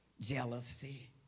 jealousy